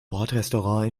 bordrestaurant